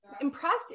impressed